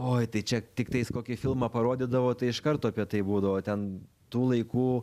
oi tai čia tiktais kokį filmą parodydavo tai iš karto apie tai būdavo ten tų laikų